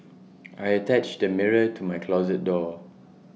I attached the mirror to my closet door